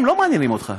הם לא מעניינים אותך,